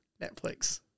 Netflix